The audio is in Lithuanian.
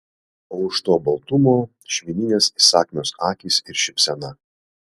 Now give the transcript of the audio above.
o už to baltumo švininės įsakmios akys ir šypsena